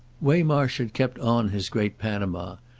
waymarsh had kept on his great panama,